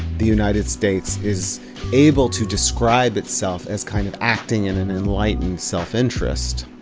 the united states is able to describe itself as kind of acting in an enlightened self-interest.